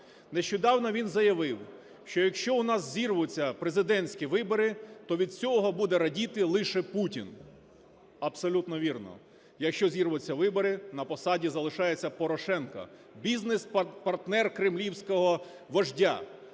Нещодавно він заявив, що, якщо у нас зірвуться президентського вибори, то від цього буде радіти лише Путін. Абсолютно вірно. Якщо зірвуться вибори, на посаді залишається Порошенко - бізнес-партнер кремлівського вождя.